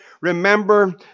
remember